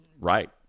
Right